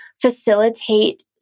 facilitate